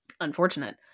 unfortunate